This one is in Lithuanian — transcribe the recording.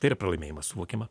tai yra pralaimėjimas suvokima